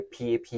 PAP